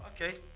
Okay